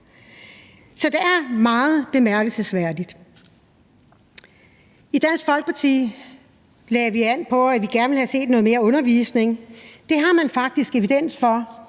Så det er meget bemærkelsesværdigt. I Dansk Folkeparti lagde vi vægt på, at vi gerne havde set noget mere undervisning. Man har faktisk evidens for,